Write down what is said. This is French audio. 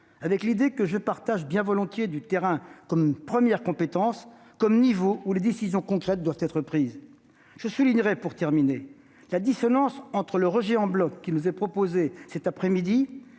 avec l'idée, que je partage bien volontiers, du terrain comme première compétence, comme niveau où les décisions concrètes doivent être prises. Je soulignerai pour terminer la dissonance entre le rejet en bloc qui nous est proposé cette après-midi